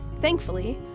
Thankfully